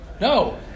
no